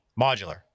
modular